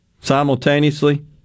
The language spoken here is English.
simultaneously